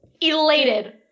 elated